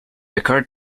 occurred